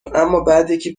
امابعدیکی